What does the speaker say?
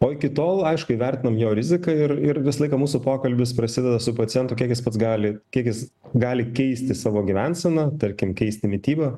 o iki tol aišku įvertinam jo riziką ir ir visą laiką mūsų pokalbis prasideda su pacientu kiek jis pats gali kiek jis gali keisti savo gyvenseną tarkim keisti mitybą